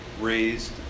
raised